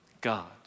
God